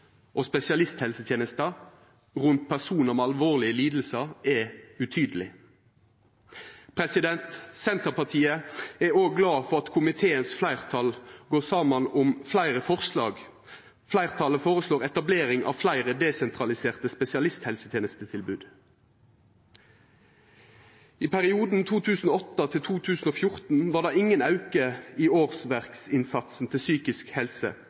og spesialisthelsetjenesten rundt personer med alvorlige lidelser er utydelig. Senterpartiet er også glad for at komiteens flertall går sammen om flere forslag. Flertallet foreslår etablering av flere desentraliserte spesialisthelsetjenestetilbud. I perioden 2008–2014 var det ingen økning i årsverksinnsatsen til psykisk helse-